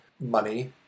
money